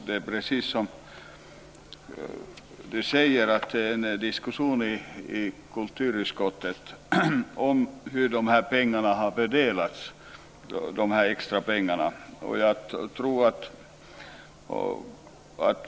Det är precis som Gunilla Tjernberg säger om diskussionen i kulturutskottet om hur de extra pengarna har fördelats.